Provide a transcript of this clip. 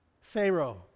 Pharaoh